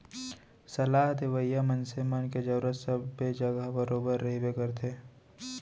सलाह देवइया मनसे मन के जरुरत सबे जघा बरोबर रहिबे करथे